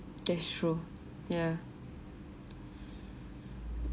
that's true yeah